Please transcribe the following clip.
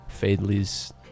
Fadley's